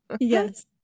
Yes